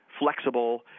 flexible